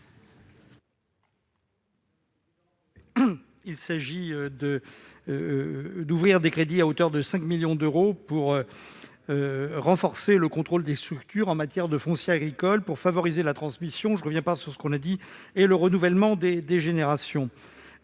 Il s'agit d'ouvrir des crédits à hauteur de 5 millions d'euros pour renforcer le contrôle des structures en matière de foncier agricole, afin de favoriser la transmission et le renouvellement des générations.